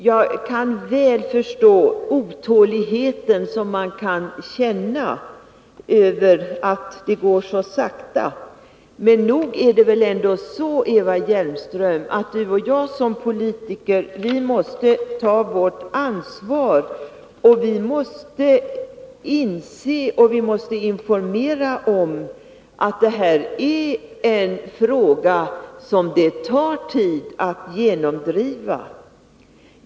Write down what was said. Jag kan mycket väl förstå den otålighet man kan känna över att det går så sakta, men nog är det väl ändå så att Eva Hjelmström och jag som politiker måste ta vårt ansvar. Vi måste inse och vi måste informera om att det här är en fråga som det tar tid att genomdriva.